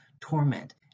Torment